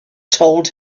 told